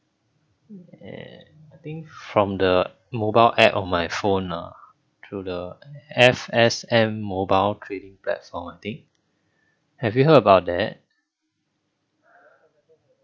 eh I think from the mobile app on my phone ah through the F_S_M mobile trading platform I think have you heard about that